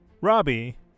Robbie